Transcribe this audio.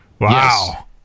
Wow